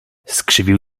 skrzywił